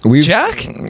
jack